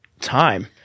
time